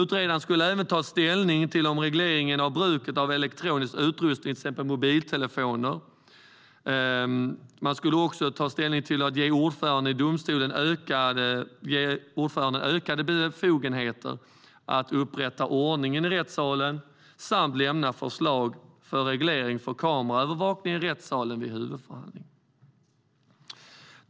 Utredaren skulle även ta ställning till reglering av bruket av elektronisk utrustning, till exempel mobiltelefoner, ta ställning till om ordföranden i domstolen ska ges ökade befogenheter att upprätthålla ordningen i rättssalen samt lämna förslag till reglering av kameraövervakning i rättssalen vid huvudförhandling.